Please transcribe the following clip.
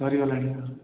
ସରିଗଲାଣି